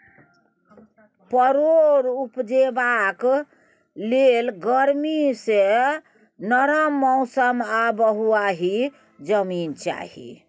परोर उपजेबाक लेल गरमी सँ नरम मौसम आ बलुआही जमीन चाही